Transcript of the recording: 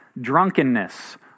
drunkenness